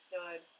understood